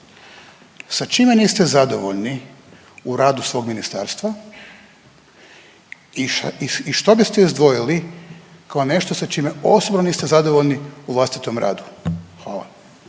Sa čime niste zadovoljni u radu svog ministarstva? I što biste izdvojili kao nešto sa čime osobno niste zadovoljni u vlastitom radu? Hvala.